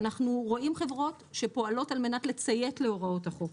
אנחנו רואים חברות שפועלות על מנת לציית להוראות החוק,